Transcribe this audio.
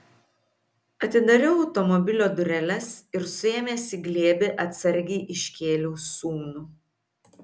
atidariau automobilio dureles ir suėmęs į glėbį atsargiai iškėliau sūnų